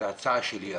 זו הצעה שלי,